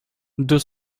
deux